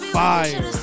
fire